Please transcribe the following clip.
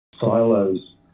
silos